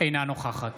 אינה נוכחת